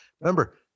Remember